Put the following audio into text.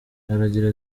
aragira